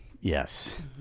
Yes